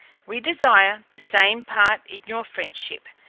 we desire the same part in your friendship,